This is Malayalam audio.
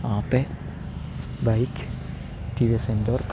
Ape bike T V S NTorq